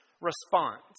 response